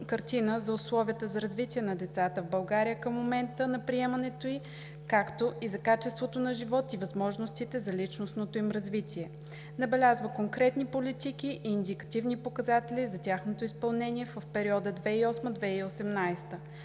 за условията за развитие на децата в България към момента на приемането й, както и за качеството на живот и възможностите за личностното им развитие. Набелязва конкретни политики и индикативни показатели за тяхното изпълнение в периода 2008 – 2018